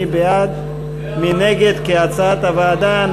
מי בעד, מי נגד, כהצעת הוועדה?